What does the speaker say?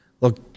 Look